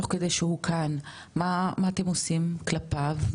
תוך כדי שהוא כאן, מה אתם עושים כלפיו?